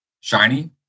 shiny